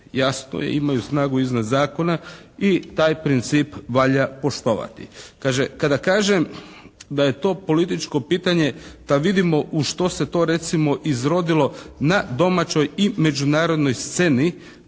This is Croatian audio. jasno je imaju snagu iznad zakona i taj princip valja poštovati. Kaže, kada kažem da je to političko pitanje da vidimo u što se to recimo izrodilo na domaćoj i međunarodnoj sceni